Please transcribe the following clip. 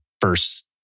first